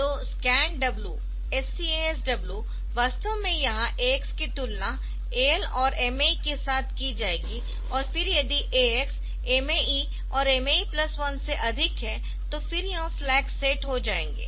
तो SCAS W वास्तव में यहां AX की तुलना AL और MAE के साथ की जाएगी और फिर यदि AX MAE और MAE 1 से अधिक है तो फिर यह फ्लैग सेट हो जाएंगे